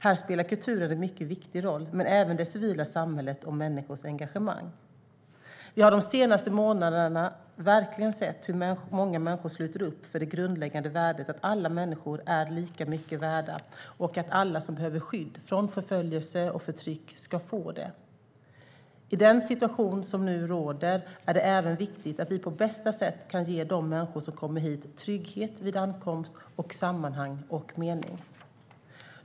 Här spelar kulturen en mycket viktig roll men även det civila samhället och människors engagemang. Vi har de senaste månaderna verkligen sett hur många människor sluter upp för det grundläggande värdet att alla människor är lika mycket värda och att alla som behöver skydd från förföljelse och förtryck ska få det. I den situation som nu råder är det även viktigt att vi på bästa sätt kan ge de människor som kommer hit trygghet vid ankomst och sammanhang och mening.